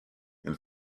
and